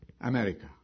America